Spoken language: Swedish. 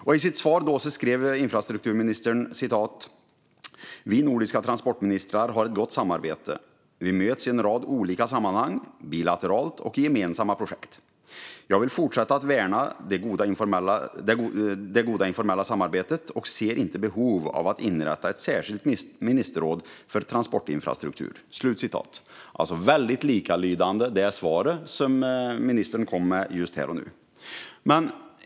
I sitt svar skrev infrastrukturministern: "Vi nordiska transportministrar har ett gott samarbete. Vi möts i en rad olika sammanhang, bilateralt och i gemensamma projekt. Jag vill fortsätta att värna det goda informella samarbetet och ser inte behov av att inrätta ett särskilt ministerråd för transportinfrastruktur". Det är väldigt likalydande det svar som ministern kom med här och nu.